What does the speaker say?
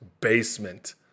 basement